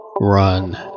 run